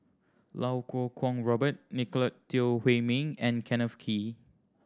Lau Kuo Kwong Robert Nicolette Teo Wei Min and Kenneth Kee